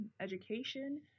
education